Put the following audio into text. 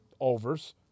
overs